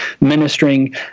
ministering